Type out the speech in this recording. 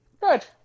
Good